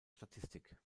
statistik